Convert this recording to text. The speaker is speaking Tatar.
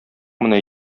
менә